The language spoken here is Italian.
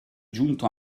giunto